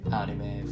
anime